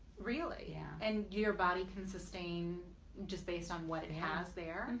really? yeah and your body can sustain just based on what it has there?